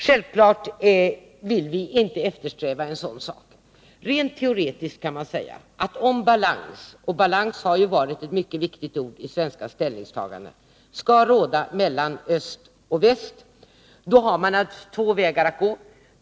Självfallet eftersträvar vi inte någonting sådant. Rent teoretiskt kan man säga att om balans — och balans har varit någonting mycket viktigt i samband med svenska ställningstaganden — skall råda mellan öst och väst, då har man två vägar att gå.